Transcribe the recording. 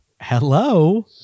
Hello